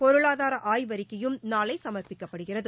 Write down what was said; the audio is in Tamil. பொருளாதார ஆய்வறிக்கையும் நாளை சமர்ப்பிக்கப்படுகிறது